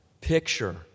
picture